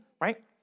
right